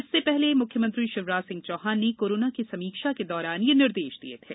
इसके पहले मुख्यमंत्री शिवराज सिंह चौहान ने कोरोना की समीक्षा के दौरान ये निर्देश दिए थे